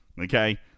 okay